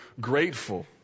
grateful